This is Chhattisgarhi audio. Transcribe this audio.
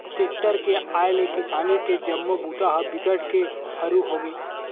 टेक्टर के आए ले किसानी के जम्मो बूता ह बिकट के हरू होगे